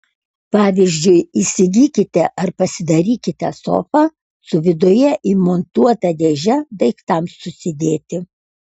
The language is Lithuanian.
pavyzdžiui įsigykite ar pasidarykite sofą su viduje įmontuota dėže daiktams susidėti